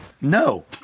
no